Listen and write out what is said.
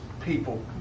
people